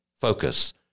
focus